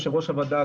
יושבת-ראש הוועדה,